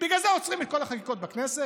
בגלל זה עוצרים את כל החקיקות בכנסת?